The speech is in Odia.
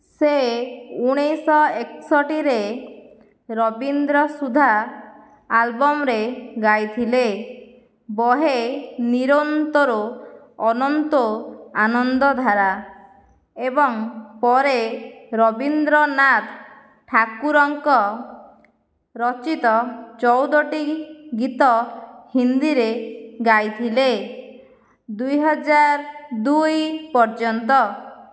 ସେ ଉଣେଇଶହ ଏକଷଠିରେ ରବୀନ୍ଦ୍ର ସୁଧା ଆଲବମ୍ରେ ଗାଇଥିଲେ ବହେ ନିରୋନ୍ତରୋ ଅନନ୍ତୋ ଆନନ୍ଦଧାରା ଏବଂ ପରେ ରବୀନ୍ଦ୍ରନାଥ ଠାକୁରଙ୍କ ରଚିତ ଚଉଦଟି ଗୀତ ହିନ୍ଦୀରେ ଗାଇଥିଲେ ଦୁଇ ହଜାର ଦୁଇ ପର୍ଯ୍ୟନ୍ତ